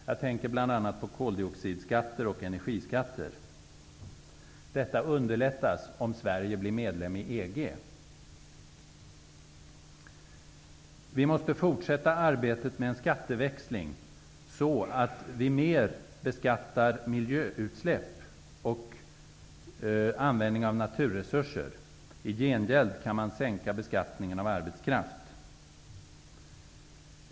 Jag tänker bl.a. på koldioxidskatter och energiskatter. Detta underlättas om Sverige blir medlem i EG. Vi måste fortsätta arbetet med en skatteväxling så att vi mer beskattar miljöutsläpp och användningen av naturresurser. I gengäld kan man minska beskattningen av arbetskraft.